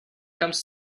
comes